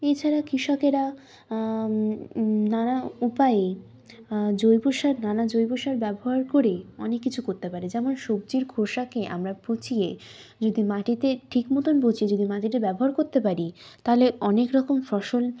এছাড়া কৃষকেরা নানা উপায়ে জৈবসার নানা জৈবসার ব্যবহার করে অনেক কিছু করতে পারে যেমন সবজির খোষাকে আমরা পচিয়ে যদি মাটিতে ঠিক মতন পচিয়ে যদি মাটিটা ব্যবহার করতে পারি তাহলে অনেক রকম ফসল